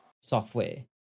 software